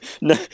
No